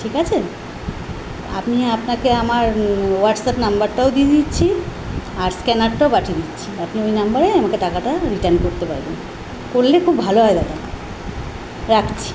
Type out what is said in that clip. ঠিক আছে আমি আপনাকে আমার হোয়াটসঅ্যাপ নম্বরটাও দিয়ে দিচ্ছি আর স্ক্যানারটাও পাঠিয়ে দিচ্ছি আপনি ওই নম্বরে আমাকে টাকাটা রিটার্ন করতে পারবেন করলে খুব ভালো হয় দাদা রাখছি